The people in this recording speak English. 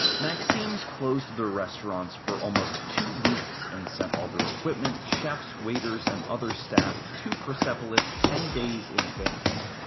maxim's closed their restaurants for almost two weeks and sent all their equipment, chefs, waiters, and other staff to persepolis ten days in advance.